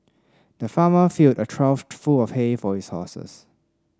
the farmer filled a trough full of hay for his horses